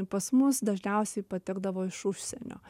pas mus dažniausiai patekdavo iš užsienio